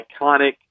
iconic